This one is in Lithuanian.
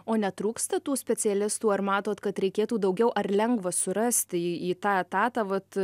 o netrūksta tų specialistų ar matot kad reikėtų daugiau ar lengva surasti į į tą etatą vat